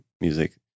music